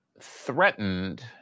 threatened